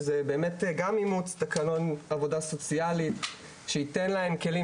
שהן באמת גם אימוץ תקנון עבודה סוציאלי שייתן להן כלים,